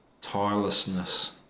tirelessness